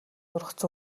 ургац